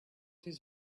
his